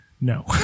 No